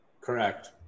Correct